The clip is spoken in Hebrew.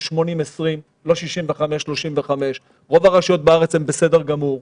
20-80 ולא 35-65. רוב הרשויות בארץ הן בסדר גמור.